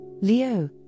Leo